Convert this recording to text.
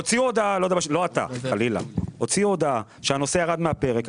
הוציאו הודעה לא אתה, חלילה שהנושא ירד מהפרק.